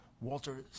Walter